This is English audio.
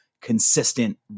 consistent